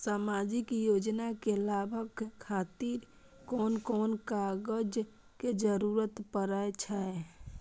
सामाजिक योजना के लाभक खातिर कोन कोन कागज के जरुरत परै छै?